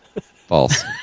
False